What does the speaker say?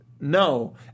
no